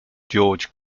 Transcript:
george